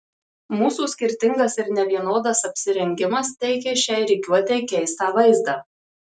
mūsų skirtingas ir nevienodas apsirengimas teikė šiai rikiuotei keistą vaizdą